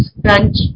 crunch